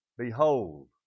Behold